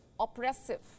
oppressive